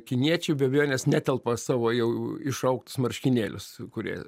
kiniečiai be abejonės netelpa savo jau išaugtus marškinėlius kurie